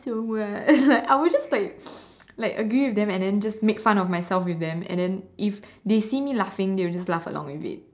so what like I would just like like agree with them and then just make fun of myself with them and then if they see me laughing they will just laugh along with it